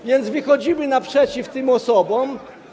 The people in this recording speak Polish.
A więc wychodzimy naprzeciw tym osobom.